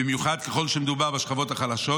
במיוחד ככל שמדובר בשכבות החלשות,